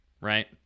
right